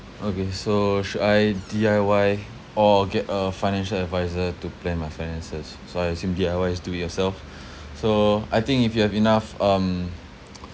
okay so should I D_I_Y or get a financial adviser to plan my finances so I assume D_I_Y is do it yourself so I think if you have enough um